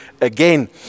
again